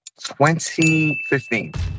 2015